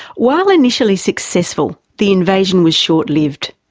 while initially successful, the invasion was short-lived.